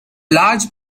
large